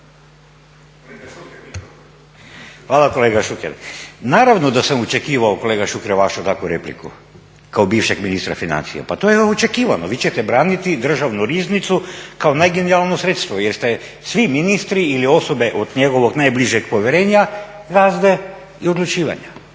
Hvala kolega Šuker. Naravno da sam očekivao kolega Šuker vašu takvu repliku, kao bivšeg ministra financija. Pa to je očekivano. Vi ćete braniti Državnu riznicu kao najgenijalnije sredstvo jer ste svi ministri ili osobe od njegovog najbližeg povjerenja …/Govornik